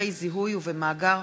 במסמכי זיהוי ובמאגר